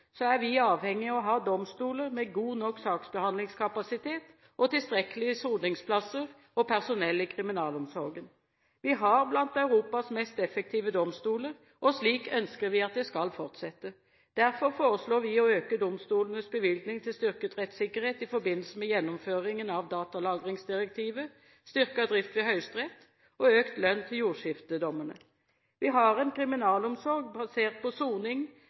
er vi avhengig av å ha domstoler med god nok saksbehandlingskapasitet og tilstrekkelig med soningsplasser og personell i kriminalomsorgen. Våre domstoler er blant Europas mest effektive, og slik ønsker vi at det skal fortsette. Derfor foreslår vi å øke domstolenes bevilgning til styrket rettssikkerhet i forbindelse med gjennomføringen av datalagringsdirektivet, styrket drift ved Høyesterett og økt lønn til jordskiftedommerne. Vi har en kriminalomsorg basert på soning